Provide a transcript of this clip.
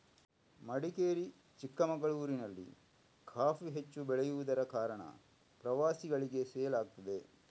ಮಡಿಕೇರಿ, ಚಿಕ್ಕಮಗಳೂರಿನಲ್ಲಿ ಕಾಫಿ ಹೆಚ್ಚು ಬೆಳೆಯುದರ ಕಾರಣ ಪ್ರವಾಸಿಗಳಿಗೆ ಸೇಲ್ ಆಗ್ತದೆ